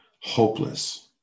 hopeless